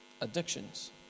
addictions